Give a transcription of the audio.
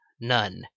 none